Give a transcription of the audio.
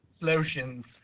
lotions